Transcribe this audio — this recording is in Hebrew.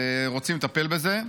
רוצים לטפל בזה.